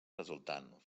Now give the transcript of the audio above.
resultant